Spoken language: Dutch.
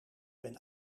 ben